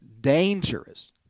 dangerous